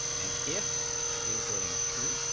and if is loading is true,